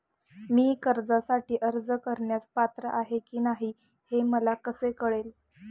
मी कर्जासाठी अर्ज करण्यास पात्र आहे की नाही हे मला कसे कळेल?